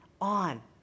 on